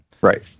right